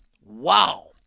Wow